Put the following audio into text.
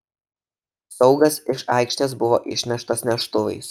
saugas iš aikštės buvo išneštas neštuvais